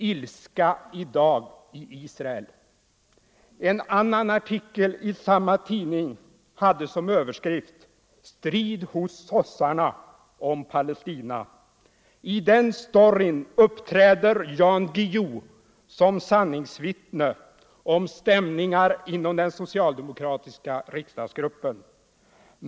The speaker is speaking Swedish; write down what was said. Ilska i dag i Israel.” En annan artikel i samma tidning hade som överskrift: ”Strid hos sossarna om Palestina.” I den storyn uppträder Jan Guillou som sanningsvittne om stämningar inom den socialdemokratiska riksdagsgruppen.